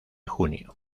junio